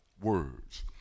words